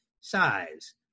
size